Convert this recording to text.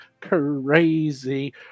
crazy